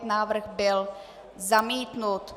Návrh byl zamítnut.